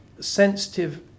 sensitive